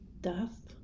death